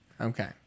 Okay